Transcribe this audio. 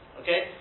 Okay